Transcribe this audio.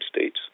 States